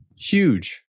Huge